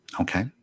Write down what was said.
Okay